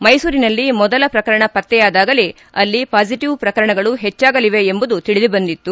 ಮೈಸೂರಿನಲ್ಲಿ ಮೊದಲ ಪ್ರಕರಣ ಪತ್ತೆ ಆದಾಗಲೇ ಅಲ್ಲಿ ಪಾಸಿಟವ್ ಪ್ರಕರಣಗಳು ಹೆಚ್ಚಾಗಲಿವೆ ಎಂಬುದು ತಿಳಿದು ಬಂದಿತ್ತು